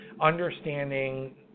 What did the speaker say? understanding